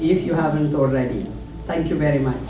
if you haven't already thank you very much